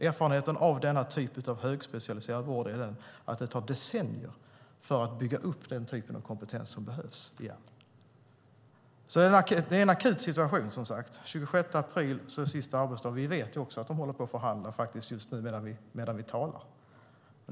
Erfarenheten av denna typ av högspecialiserad vård är att det tar decennier att bygga upp den kompetens som behövs. Det är som sagt en akut situation. Den 26 april är sista arbetsdagen. Vi vet också att de håller på att förhandla just nu medan vi talar. Det är oerhört viktigt att denna fråga löses.